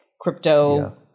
crypto